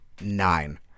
nine